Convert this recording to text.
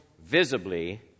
visibly